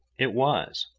it was.